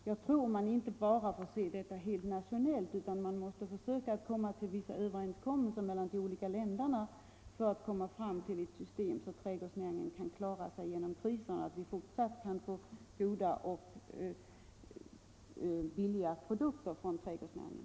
Jag tror att man inte bara får se detta nationellt, utan man måste försöka nå vissa överenskommelser mellan de olika länderna för att komma fram till ett sådant system att trädgårdsnäringen kan klara sig genom kriserna och vi i fortsättningen kan få goda och billiga produkter från trädgårdsnäringen.